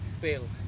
fail